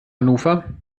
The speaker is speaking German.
hannover